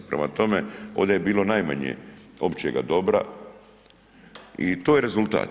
Prema tome, ovdje je bilo najmanje općega dobra i to je rezultat.